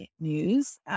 news